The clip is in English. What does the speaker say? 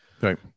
Right